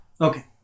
Okay